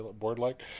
board-like